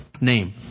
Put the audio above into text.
name